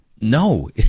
No